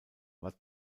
war